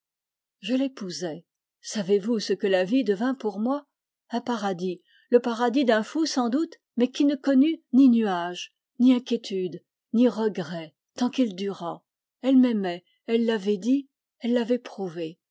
je l'épousai savez-vous ce que la vie devint pour moi un paradis le paradis d'un fou sans doute mais qui ne connut ni nuage ni inquiétude ni regret tant qu'il dura elle m'aimait elle l'avait dit elle l'avait prouvé